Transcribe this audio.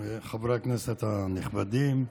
חברי הכנסת הנכבדים,